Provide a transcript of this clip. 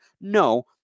No